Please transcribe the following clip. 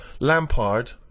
Lampard